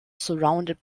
surrounded